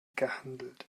gehandelt